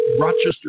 Rochester